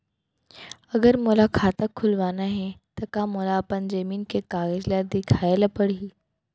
अगर मोला खाता खुलवाना हे त का मोला अपन जमीन के कागज ला दिखएल पढही?